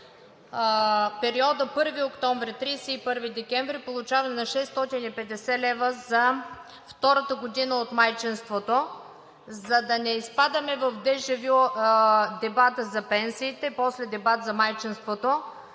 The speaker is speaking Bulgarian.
периода 1 октомври – 31 декември и получаване на 650 лв. за втората година от майчинството. За да не изпадаме в дежавю дебата за пенсиите, после дебат за майчинството,